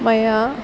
मया